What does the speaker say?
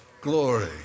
glory